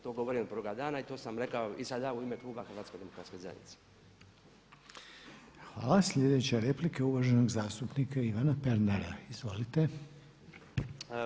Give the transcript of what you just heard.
To govorim od prvoga dana i to sam rekao i sada u ime kluba HDZ-a.